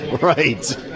Right